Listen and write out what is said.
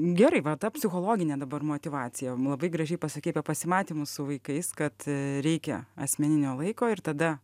gerai va ta psichologinė dabar motyvacija labai gražiai pasakei apie pasimatymus su vaikais kad reikia asmeninio laiko ir tada